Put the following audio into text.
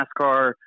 NASCAR